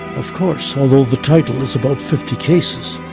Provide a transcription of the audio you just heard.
of course, although the title is about fifty cases,